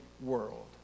world